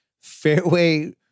fairway